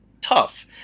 tough